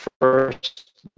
first